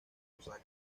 osaka